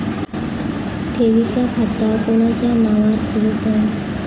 ठेवीचा खाता कोणाच्या नावार खोलूचा?